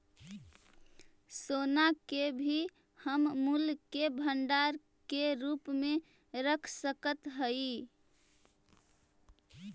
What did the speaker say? सोना के भी हम मूल्य के भंडार के रूप में रख सकत हियई